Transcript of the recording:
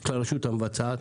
של הרשות המבצעת.